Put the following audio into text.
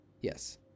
yes